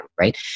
Right